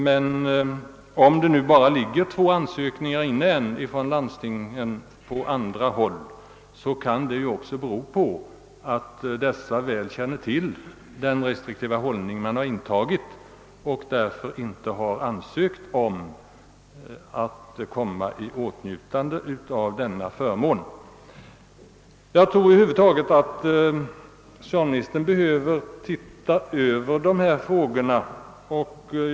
Men om ytterligare endast två ansökningar ingivits från landsting på andra håll beror det sannolikt på att man väl känner till den restriktiva hållning som intagits och därför inte har ansökt om att komma i åtnjutande av förmånen att få dylik utbildningsklinik. Jag tror att socialministern behöver se över dessa frågor.